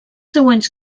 següents